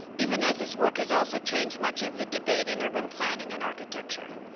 even as his work has also changed much of the debate in urban planning and architecture.